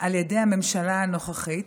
על ידי הממשלה הנוכחית,